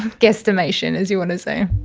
guesstimation as you want to say.